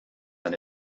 than